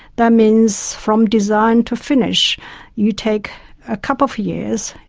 that means from design to finish you take a couple of years.